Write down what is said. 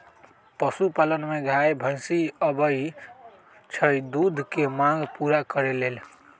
पशुपालन में गाय भइसी आबइ छइ दूध के मांग पुरा करे लेल